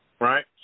right